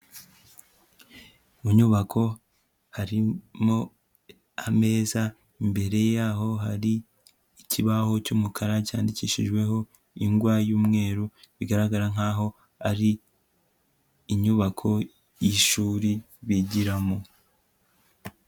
Mu nyubako harimo ameza, imbere yaho hari ikibaho cy'umukara cyandikishijweho ingwa y'umweru, bigaragara nkaho ari inyubako y'ishuri bigiramo.